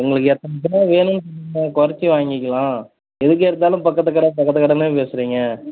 உங்களுக்கு எத்தனை கிலோ வேணுன்னு குறச்சி வாங்கிக்கலாம் எதுக்கு எடுத்தாலும் பக்கத்து கடை பக்கத்து கடைனே பேசுறீங்க